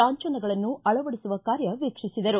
ಲಾಂಛನಗಳನ್ನು ಅಳವಡಿಸುವ ಕಾರ್ಯ ವೀಕ್ಷಿಸಿದರು